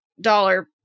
dollar